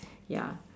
ya